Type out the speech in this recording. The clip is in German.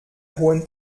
hohen